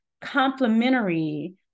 complementary